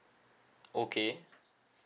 okay